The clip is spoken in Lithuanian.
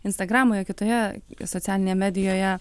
instagramoj kitoje socialinėje medijoje